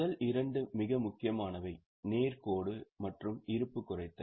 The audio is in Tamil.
முதல் இரண்டு மிக முக்கியமானவை நேர் கோடு மற்றும் இருப்பு குறைத்தல்